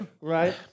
right